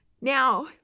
Now